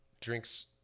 drinks